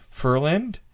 Furland